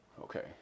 Okay